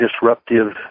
disruptive